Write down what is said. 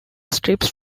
strips